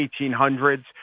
1800s